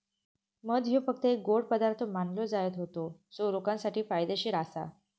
मध ह्यो फक्त एक गोड पदार्थ मानलो जायत होतो जो लोकांसाठी फायदेशीर आसा